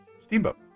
steamboat